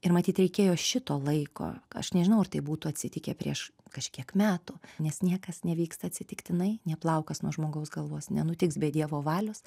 ir matyt reikėjo šito laiko aš nežinau ar tai būtų atsitikę prieš kažkiek metų nes niekas nevyksta atsitiktinai nė plaukas nuo žmogaus galvos nenutiks be dievo valios